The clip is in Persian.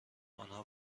آنها